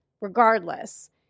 Regardless